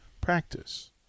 practice